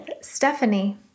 Stephanie